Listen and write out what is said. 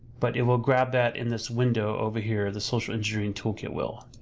but it will grab that in this window over here, the social-engineering toolkit will,